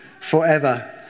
forever